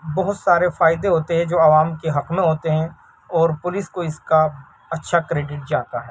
بہت سارے فائدے ہوتے ہیں جو عوام کے حق میں ہوتے ہیں اور پولس کو اس کا اچھا کریڈیٹ جاتا ہے